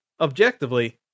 objectively